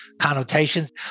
connotations